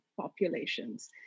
populations